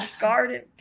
garden